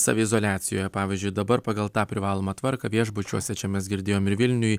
saviizoliacijoje pavyzdžiui dabar pagal tą privalomą tvarką viešbučiuose čia mes girdėjom ir vilniuj